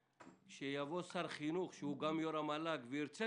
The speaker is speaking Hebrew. כשיבוא שר חינוך שהוא גם יו"ר המל"ג וירצה